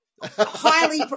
Highly